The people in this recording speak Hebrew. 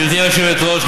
גברתי היושבת-ראש,